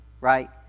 Right